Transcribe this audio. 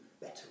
better